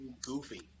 goofy